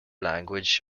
language